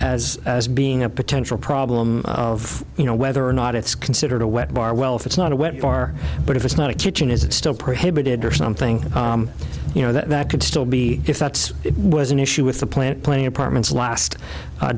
as as being a potential problem of you know whether or not it's considered a wet bar well if it's not a wet bar but if it's not a kitchen is it still prohibited or something you know that could still be if that's it was an issue with the plant playing apartments last